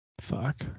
Fuck